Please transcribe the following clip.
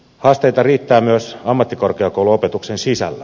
haasteita riittää myös ammattikorkeakouluopetuksen sisällä